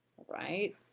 alright.